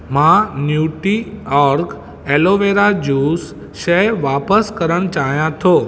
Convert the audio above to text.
मां Nutri Org aloe vera juice शइ वापस करणु चाहियां थो